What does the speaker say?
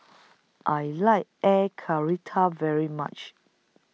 I like Air Karthira very much